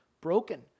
broken